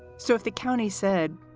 so if the county said,